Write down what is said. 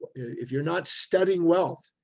if you're not studying wealth,